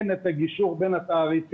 אין את הגישור בין התעריפים.